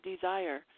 desire